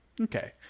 Okay